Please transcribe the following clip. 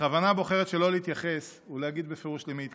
בכוונה בוחרת שלא להתייחס ולהגיד בפירוש למי התכוונה.